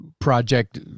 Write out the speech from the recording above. project